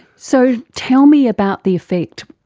so tell me about the effect.